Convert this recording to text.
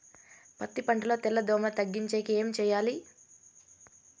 పత్తి పంటలో తెల్ల దోమల తగ్గించేకి ఏమి చేయాలి?